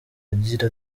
agira